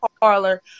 parlor